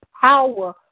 Power